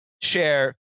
share